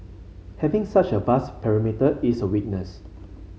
having such a vast perimeter is a weakness